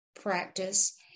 practice